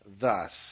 thus